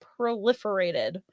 proliferated